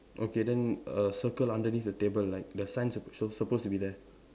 okay then err circle underneath the table like the sign sup~ sh~ supposed to be there